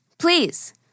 Please